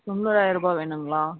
தொன்னூறாயிரம் ரூபா வேணுங்களா